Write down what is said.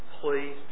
Please